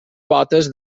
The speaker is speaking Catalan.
potes